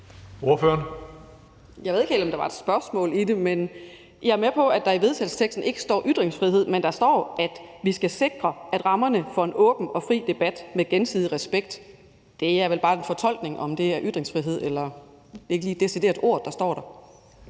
(DD): Jeg ved ikke helt, om der var et spørgsmål i det. Men jeg er med på, at der i vedtagelsesteksten ikke står ordet ytringsfrihed, men der står, at vi skal sikre »rammerne for en åben og fri debat med gensidig respekt«. Det er vel bare en fortolkning, om det er ytringsfrihed, selv om det ikke lige decideret er det ord, der står der.